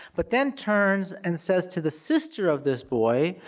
but then turns and says to the sister of this boy,